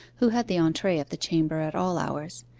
who had the entree of the chamber at all hours,